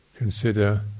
Consider